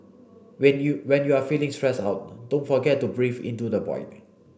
when you when you are feeling stressed out don't forget to breathe into the void